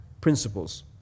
principles